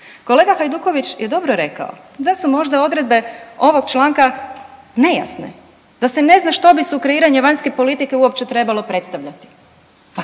Kolega Hajduković je dobro rekao, da su možda odredbe ovog članka nejasne, da se ne zna što bi sukreiranje vanjske politike uopće trebalo predstavljati.